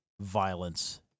violence